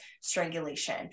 strangulation